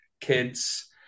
kids